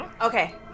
Okay